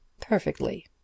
Perfectly